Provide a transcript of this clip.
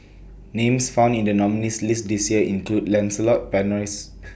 Names found in The nominees' list This Year include Lancelot Buy Rice